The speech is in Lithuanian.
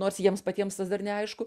nors jiems patiems tas dar neaišku